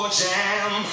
jam